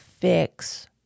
fix